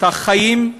את החיים,